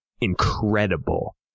incredible